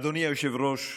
אדוני היושב-ראש,